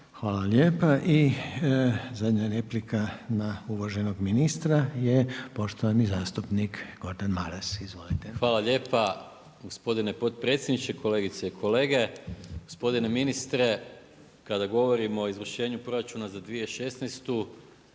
Hvala lijepa. I zadnja replika na uvaženog ministra je poštovani zastupnik Gordan Maras. Izvolite. **Maras, Gordan (SDP)** Hvala lijepa gospodine potpredsjedniče, kolegice i kolege. Gospodine ministre kada govorimo o Izvršenju proračuna za 2016.